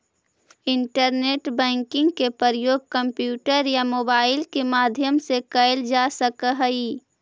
internet banking के प्रयोग computer या मोबाइल के माध्यम से कैल जा सकऽ हइ